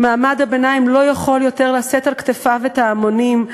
מעמד הביניים לא יכול עוד לשאת על כתפיו את ההמונים,